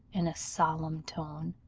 in a solemn tone.